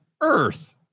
earth